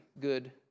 good